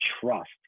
trust